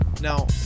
Now